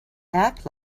act